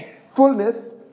fullness